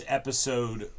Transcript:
episode